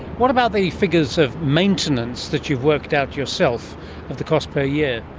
what about the figures of maintenance that you've worked out yourself of the cost per year?